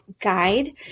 guide